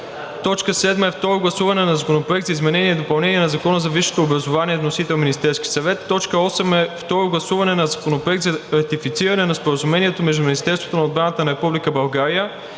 съвет. 7. Второ гласуване на Законопроекта за изменение и допълнение на Закона за висшето образование. Вносител – Министерският съвет. 8. Второ гласуване на Законопроекта за ратифициране на Споразумението между Министерството на отбраната на Република България